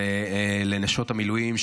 ולנשות המילואים,